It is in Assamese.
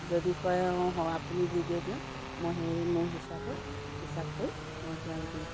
যদি কয় অঁ হ আপুনি যি দিয়ে দিয়ক মই সেই মোৰ হিচাপত হিচাপ কৰি মই তেওঁক দিওঁ